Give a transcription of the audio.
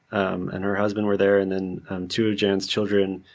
um and her husband were there and then two of jan's children,